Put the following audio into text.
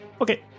Okay